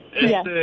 Yes